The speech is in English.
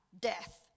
death